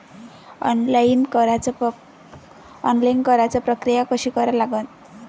Online कराच प्रक्रिया कशी करा लागन?